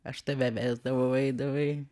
aš tave vesdavau eidavai